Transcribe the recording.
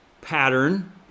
pattern